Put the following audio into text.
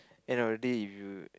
end of the day if you